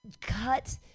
cut